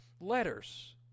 letters